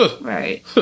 Right